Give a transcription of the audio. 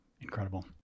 Incredible